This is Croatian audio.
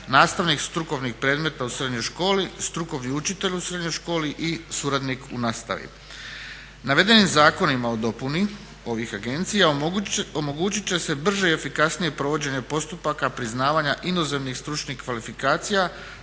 učitelj u srednjoj školi i suradnik u nastavi.